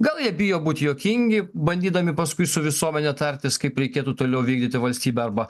gal jie bijo būt juokingi bandydami paskui su visuomene tartis kaip reikėtų toliau vykdyti valstybę arba